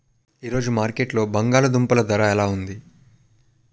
ఈ రోజు మార్కెట్లో బంగాళ దుంపలు ధర ఎలా ఉంది?